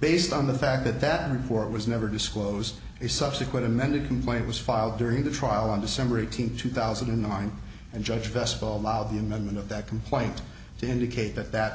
based on the fact that that report was never disclosed a subsequent amended complaint was filed during the trial on december eighteenth two thousand and nine and judge best of all now the amendment of that complaint to indicate that that